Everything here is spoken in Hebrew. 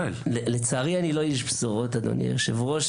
לצערי אני לא איש בשורות אדוני היושב ראש.